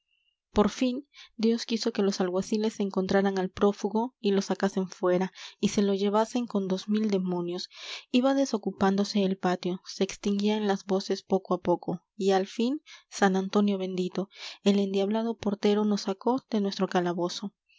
por fin dios quiso que los alguaciles encontraran al prófugo y lo sacasen fuera y se lo llevasen con dos mil demonios iba desocupándose el patio se extinguían las voces poco a poco y al fin san antonio bendito el endiablado portero nos sacó de nuestro calabozo